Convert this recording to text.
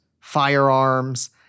firearms